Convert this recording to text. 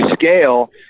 scale